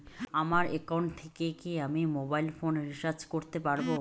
আমার একাউন্ট থেকে কি আমি মোবাইল ফোন রিসার্চ করতে পারবো?